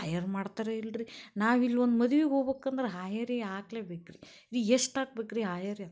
ಹಾಯೆರ್ ಮಾಡ್ತಾರೆ ಇಲ್ಲಿ ರೀ ನಾವಿಲ್ಲೊಂದು ಮದುವೆಗೆ ಹೋಬೆಕಂದ್ರೆ ಹಾಯೆರಿ ಹಾಕ್ಲೆ ಬೇಕು ರೀ ಎಷ್ಟು ಹಾಕ್ಬೇಕು ರೀ ಹಾಯೆರಿ ಅಂತಕ್ಕ ಕೇಳಿ